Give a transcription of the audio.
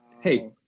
hey